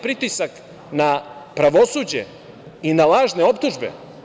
Pritisak na pravosuđe i na lažne optužbe?